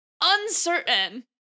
Uncertain